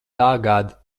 tagad